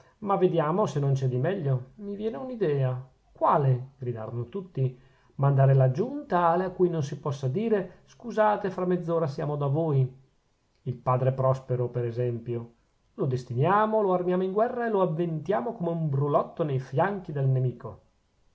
ma vediamo se non c'è di meglio mi viene un'idea quale gridarono tutti mandare laggiù un tale a cui non si possa dire scusate fra mezz'ora siamo da voi il padre prospero per esempio lo destiamo lo armiamo in guerra e lo avventiamo come un brulotto nei fianchi del nemico